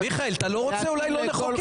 מיכאל, אתה לא רוצה, אולי לא נחוקק.